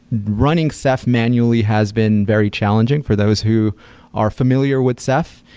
running ceph manually has been very challenging for those who are familiar with ceph.